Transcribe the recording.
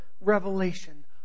revelation